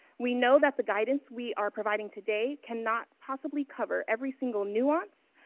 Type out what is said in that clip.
we know that the guidance we are providing today cannot possibly cover every single nuance.